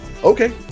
Okay